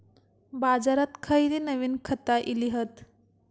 बाजारात खयली नवीन खता इली हत?